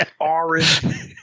orange